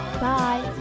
Bye